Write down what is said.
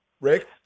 Rick